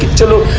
to